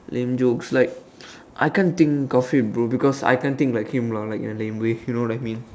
lame jokes like I can't think of it bro because I can't think like him lah like a lame way you know what I mean